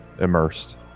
immersed